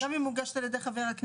גם אם היא מוגשת על ידי חבר כנסת.